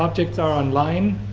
objects are online.